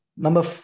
Number